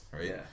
right